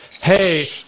Hey